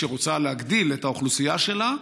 ושרוצה להגדיל את האוכלוסייה שלה,